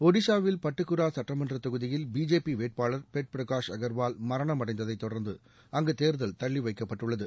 ஒடிஷாவில் பட்டுகுரா சட்டமன்றத் தொகுதியில் பிஜேபி வேட்பாளர் பெட் பிரகாஷ் அகர்வால் மரணமடைந்ததை தொடர்ந்து அங்கு தேர்தல் தள்ளிவைக்கப்பட்டுள்ளது